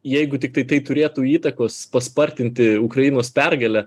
jeigu tiktai tai turėtų įtakos paspartinti ukrainos pergalę